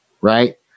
Right